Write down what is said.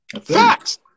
Facts